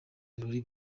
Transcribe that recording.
birori